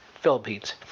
Philippines